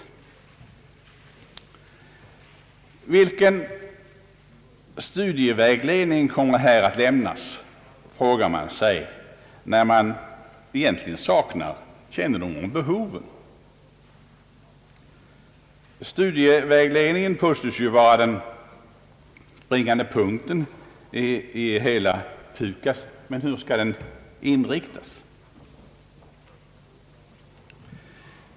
Frågan är vilken studievägledning som kommer att lämnas, när det egentligen saknas kännedom om behoven. Studievägledningen påstås ju vara den springande punkten i hela PUKAS. Hur skall den inriktas?